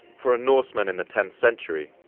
for a norseman in the tenth century,